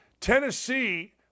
Tennessee